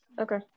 okay